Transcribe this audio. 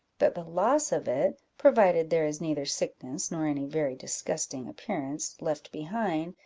that the loss of it, provided there is neither sickness, nor any very disgusting appearance, left behind,